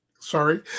Sorry